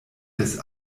des